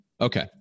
okay